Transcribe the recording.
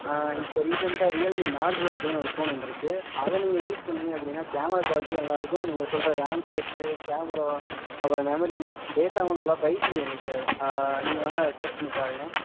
இப்போ ரீசெண்டாக Realme Narzo அப்படினு ஒரு ஃபோனு வந்திருக்கு அதை நீங்கள் யூஸ் பண்ணிங்க அப்படினா கேமரா குவாலிட்டி நல்லா இருக்கும் நீங்கள் சொல்கிற ரேம் பேஸுக்கு கேமரா அப்புறம் மெமரி டேட்டாவும் நல்லா ஃபைவ் ஜி வந்துடும் சார் நீங்கள் வேணுனா செலெக்ட் பண்ணி பாருங்கள்